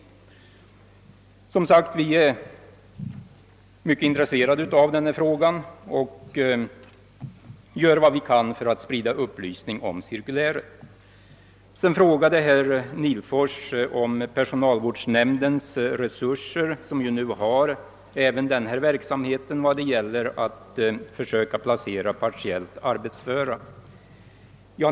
Vi är som sagt mycket intresserade av denna fråga och gör vad vi kan för att sprida upplysning om cirkuläret i olika sammanhang. Herr Nihlfors frågade om personalvårdsnämnden, som numera även har till uppgift att försöka placera partiellt arbetsföra, har tillräckliga resurser för sin verksamhet.